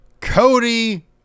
Cody